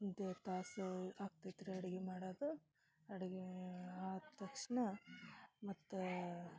ಎರಡು ತಾಸು ಆಗ್ತೈತೆ ರೀ ಅಡಿಗೆ ಮಾಡೋದು ಅಡಿಗೆ ಆದ ತಕ್ಷಣ ಮತ್ತೆ